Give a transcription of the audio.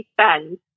spend